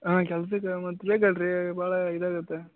ಹಾಂ ಕೆಲ್ಸಕ್ಕೆ ಮತ್ತೆ ಬೇಕಲ್ಲ ರೀ ಭಾಳ ಇದಾಗುತ್ತೆ